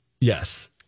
yes